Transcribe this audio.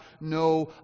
no